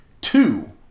two